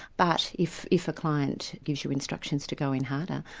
but if if a client gives you instructions to go in harder,